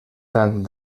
tant